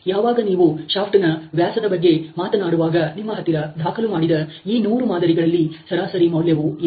ಯಾವಾಗ ನೀವು ಶಾಪ್ಟ ನ ವ್ಯಾಸದ ಬಗ್ಗೆ ಮಾತನಾಡುವಾಗ ನಿಮ್ಮ ಹತ್ತಿರ ದಾಖಲು ಮಾಡಿದ ಈ ನೂರು ಮಾದರಿಗಳಲ್ಲಿ ಸರಾಸರಿ ಮೌಲ್ಯವು ಇದೆ